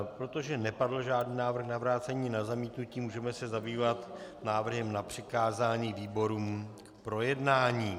Protože nepadl žádný návrh na vrácení ani na zamítnutí, můžeme se zabývat návrhem na přikázání výborům k projednání.